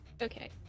okay